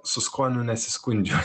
su skoniu nesiskundžiu